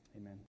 amen